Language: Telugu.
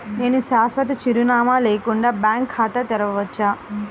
నేను శాశ్వత చిరునామా లేకుండా బ్యాంక్ ఖాతా తెరవచ్చా?